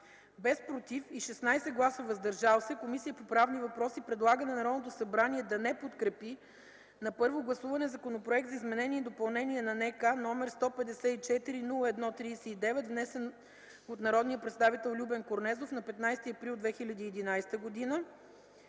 без „против” и 16 гласа „въздържали се”, Комисията по правни въпроси предлага на Народното събрание да не подкрепи на първо гласуване Законопроект за изменение и допълнение на Наказателния кодекс, № 154-01-39, внесен от народния представител Любен Корнезов на 15 април 2011 г.